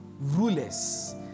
rulers